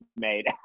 made